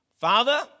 Father